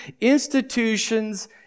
institutions